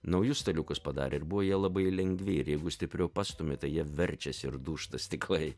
naujus staliukus padarė ir buvo jie labai lengvi ir jeigu stipriau pastumi tai jie verčiasi ir dūžta stiklai